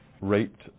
raped